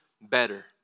better